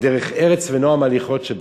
דרך ארץ ונועם ההליכות שבך,